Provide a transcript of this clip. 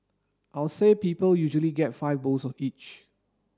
I'll say people usually get five bowls of each